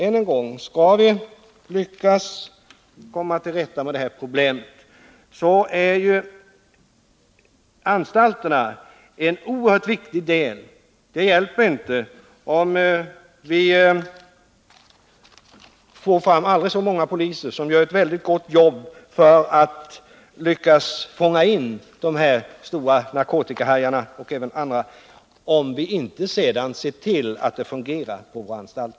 Än en gång: Skall vi lyckas komma till rätta med detta problem är anstalterna en oerhört viktig del. Det hjälper inte om vi får aldrig så många poliser som gör ett mycket gott jobb för att fånga in dessa stora narkotikahajar, om vi inte sedan ser till att det fungerar på våra anstalter.